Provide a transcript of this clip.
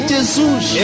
Jesus